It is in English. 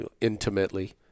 intimately